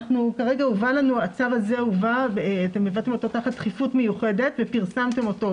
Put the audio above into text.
הבאתם את הצו הזה תחת דחיפות מיוחדת ופרסמתם אותו.